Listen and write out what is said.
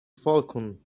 falcon